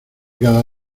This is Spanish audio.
cada